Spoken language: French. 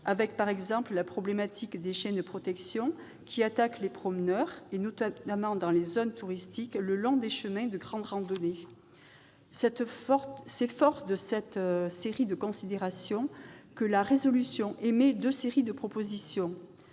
avec, par exemple, la problématique des chiens de protection qui attaquent les promeneurs, notamment dans les zones touristiques, le long des chemins de grande randonnée. Forte de cette série de considérations, la résolution émet deux séries de propositions.